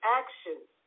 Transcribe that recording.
actions